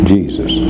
Jesus